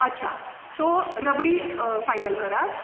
आच्छा तो रबडी फायनल करात